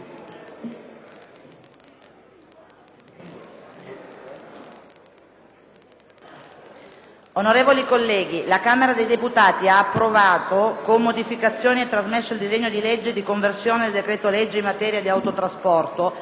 Onorevoli colleghi, la Camera dei deputati ha approvato con modificazioni e trasmesso il disegno legge di conversione del decreto-legge in materia di autotrasporto,